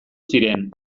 ziren